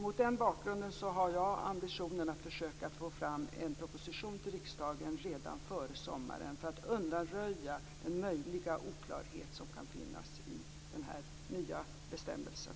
Mot den bakgrunden har jag ambitionen att försöka få fram en proposition till riksdagen redan före sommaren för att undanröja den möjliga oklarhet som kan finnas i den nya bestämmelsen.